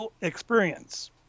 experience